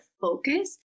focus